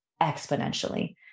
exponentially